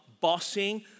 bossing